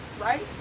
Right